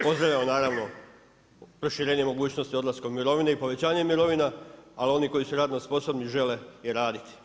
Pozdravljam naravno proširenje mogućnosti odlaska u mirovinu i povećanje mirovina ali oni koji su radno sposobni žele i raditi.